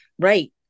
Right